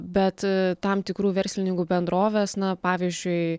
bet tam tikrų verslininkų bendrovės na pavyzdžiui